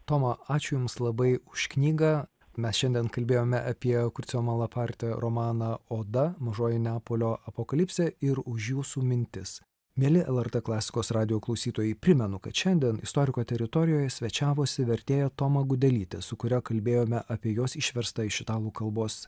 toma ačiū jums labai už knygą mes šiandien kalbėjome apie kurcio malaparti romaną oda mažoji neapolio apokalipsė ir už jūsų mintis mieli lrt klasikos radijo klausytojai primenu kad šiandien istoriko teritorijoje svečiavosi vertėja toma gudelytė su kuria kalbėjome apie jos išversta iš italų kalbos